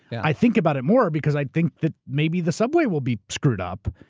and i think about it more, because i think that maybe the subway will be screwed up.